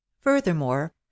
furthermore